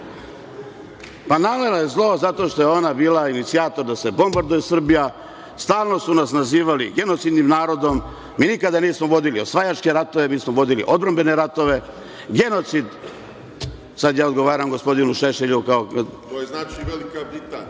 nanela je zlo zato što je ona bila inicijator da se bombarduje Srbija, stalno su nas nazivali genocidnim narodom. Mi nikada nismo vodili osvajačke ratove, mi smo vodili odbrambene ratove. Sada ja odgovaram gospodinu Šešelju.(Vojislav